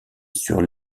sur